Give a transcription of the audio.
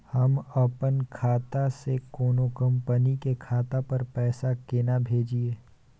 हम अपन खाता से कोनो कंपनी के खाता पर पैसा केना भेजिए?